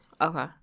Okay